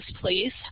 please